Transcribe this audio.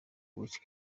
which